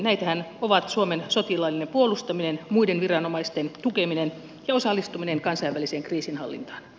näitähän ovat suomen sotilaallinen puolustaminen muiden viranomaisten tukeminen ja osallistuminen kansainväliseen kriisinhallintaan